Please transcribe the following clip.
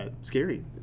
scary